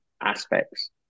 aspects